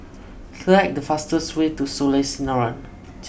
select the fastest way to Soleil Sinaran